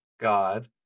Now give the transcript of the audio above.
God